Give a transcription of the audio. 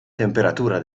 temperatura